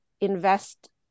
invest